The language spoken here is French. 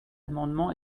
amendement